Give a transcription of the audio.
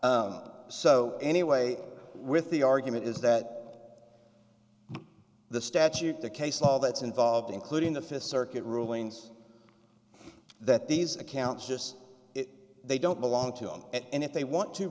so anyway with the argument is that the statute the case all that's involved including the fifth circuit rulings that these accounts just it they don't belong to him and if they want to